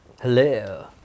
Hello